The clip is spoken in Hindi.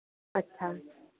अच्छा